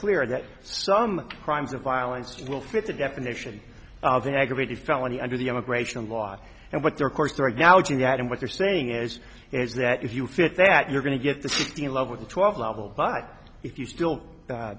clear that some crimes of violence will fit the definition of an aggravated felony under the immigration law and what their course right now jihad and what they're saying is is that if you fit that you're going to get the city in love with the twelve level but if you still